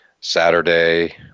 Saturday